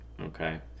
Okay